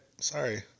sorry